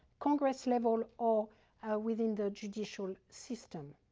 congress level or within the judicial system.